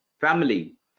family